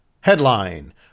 Headline